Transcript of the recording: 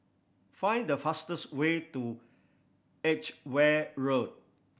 find the fastest way to Edgware Road